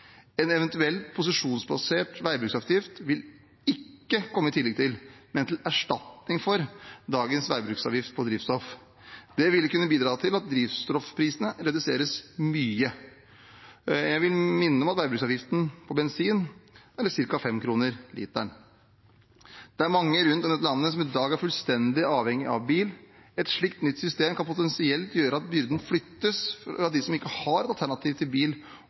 En eventuell posisjonsbasert veibruksavgift vil ikke komme i tillegg til, men som erstatning for dagens veibruksavgift på drivstoff. Det vil kunne bidra til at drivstoffprisene reduseres mye. Jeg vil minne om at veibruksavgiften på bensin er ca. 5 kr per liter. Det er mange rundt om i dette landet som i dag er fullstendig avhengige av bil. Et slikt nytt system kan potensielt gjøre at byrden flyttes fra dem som ikke har et alternativ til bil,